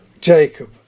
Jacob